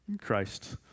Christ